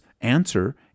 answer